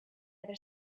other